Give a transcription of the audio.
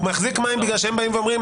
הוא מחזיק מים בגלל שהם באים ואומרים,